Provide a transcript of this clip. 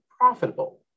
profitable